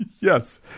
yes